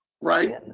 Right